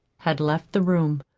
had left the room.